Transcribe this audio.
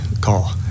call